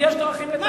תלך לקדם חוקים בלוב.